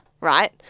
right